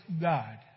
God